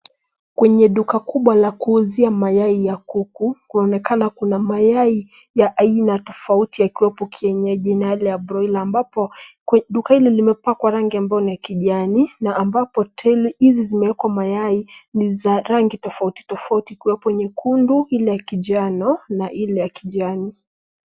Kwenye duka kubwa la kuuzia mayai ya kuku, kunaonekana kuna mayai ya aina tofauti yakiwepo kienyeji na yale ya broila ambapo duka hili limepakwa rangi ambayo ni ya kijani na ambapo trei hizi zimewekwa mayai ni za rangi tofauti tofauti ikiwepo nyekundu, ile ya kinjano na ile ya kijani.